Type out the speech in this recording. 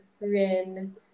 rin